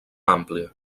àmplia